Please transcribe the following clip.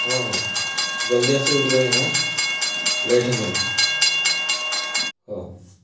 ହଁ ହଁ ଜଲ୍ଦି ଆସିବ ଟିକିଏ ଭାଇ ହଁ ଲେଟ୍ ହେଲାଣି ହେଉ